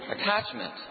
attachment